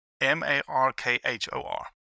M-A-R-K-H-O-R